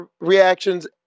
reactions